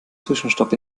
zwischenstopp